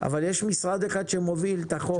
אבל יש משרד אחד שמוביל את החוק.